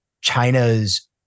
China's